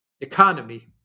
economy